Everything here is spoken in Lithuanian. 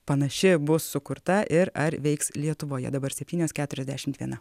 panaši bus sukurta ir ar veiks lietuvoje dabar septynios keturiasdešimt viena